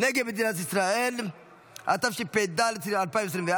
נגד מדינת ישראל (תיקוני חקיקה), התשפ"ד 2024,